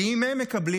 כי הם מקבלים,